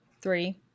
three